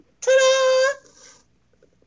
Ta-da